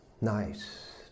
nice